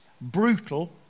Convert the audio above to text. brutal